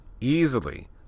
easily